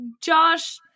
Josh